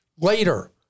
later